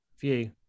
View